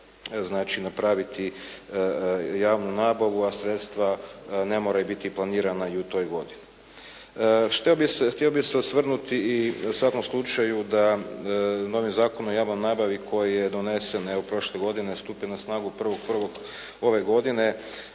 znači napraviti javnu nabavu a sredstva ne moraju biti planirana i u toj godini. Htio bih se osvrnuti u svakom slučaju da novi Zakon o javnoj nabavi koji je donesen evo prošle godine a stupio na snagu 1.1. ove godine